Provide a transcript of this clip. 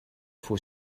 for